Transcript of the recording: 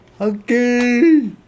Okay